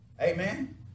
Amen